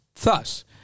Thus